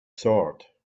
sword